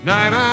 Night